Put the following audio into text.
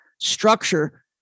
structure